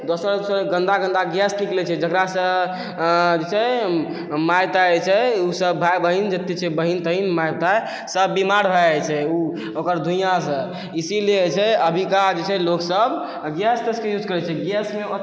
दोसर दोसर गन्दा गन्दा गैस निकलै छै जकरासँ जे छै माय ताय जे छै उ सब भाय बहिन उ सब बहिन तहिन माय ताय सब बीमार भए जाइ छै उ ओकर धुइयाँसँ इसीलिए जे छै अभीके जे छै लोकसब गैस तैसके यूज करै छै गैसमे